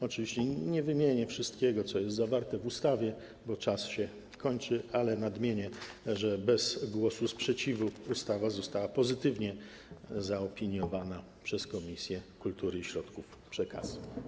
Oczywiście nie wymienię wszystkiego, co jest zawarte w ustawie, bo czas się kończy, ale nadmienię, że bez głosu sprzeciwu ustawa została pozytywnie zaopiniowana przez Komisję Kultury i Środków Przekazu.